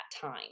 time